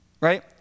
Right